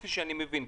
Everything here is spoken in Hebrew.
כפי שאני מבין.